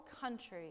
country